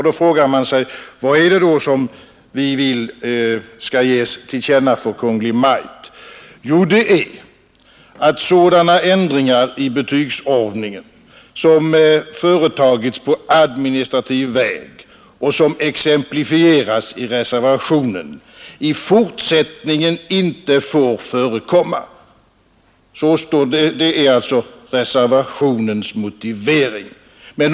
Då frågar man, vad vi vill ge till känna för Kungl. Maj:t. Jo, det är att sådana ändringar i betygsordningen som företagits på administrativ väg och som exemplifieras i reservationen i fortsättningen inte får förekomma. Detta är reservationens motivering.